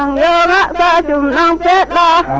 um la la la la la